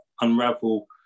unravel